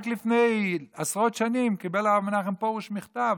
רק לפני עשרות שנים קיבל הרב מנחם פרוש מכתב,